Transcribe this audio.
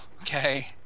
Okay